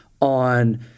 on